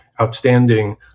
outstanding